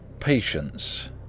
Patience